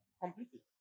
completely